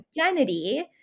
identity